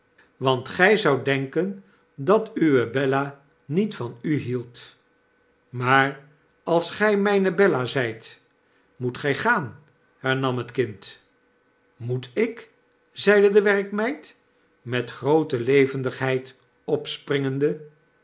want gg zoudt denken dat uwe bella niet van u hield maar als gg mgne bella zgt m o e t gg gaan hernam het kind moet ik zeide de werkmeid met groote levendiheid opspringende